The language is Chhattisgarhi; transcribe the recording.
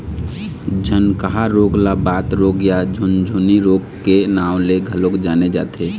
झनकहा रोग ल बात रोग या झुनझनी रोग के नांव ले घलोक जाने जाथे